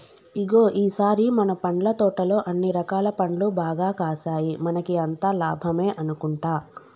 ఇగో ఈ సారి మన పండ్ల తోటలో అన్ని రకాల పండ్లు బాగా కాసాయి మనకి అంతా లాభమే అనుకుంటా